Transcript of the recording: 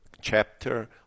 chapter